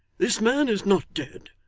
this man is not dead,